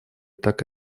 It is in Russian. так